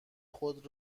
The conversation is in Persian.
خود